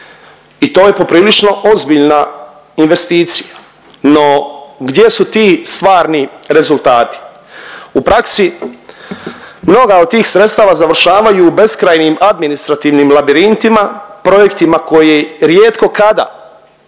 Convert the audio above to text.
i to je poprilično ozbiljna investicija no gdje su ti stvarni rezultati. U praksi mnoga od tih sredstava završavaju u beskrajnim administrativnim labirintima, projektima koji rijetko kada